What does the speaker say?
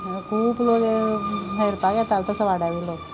खूब लोक हॅल्पाक येतालो तसो वाड्यावयलो